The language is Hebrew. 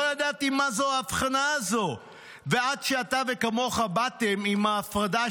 לא ידעתי מה זו ההבחנה הזאת עד שאתה ושכמוך באתם עם ההפרדה,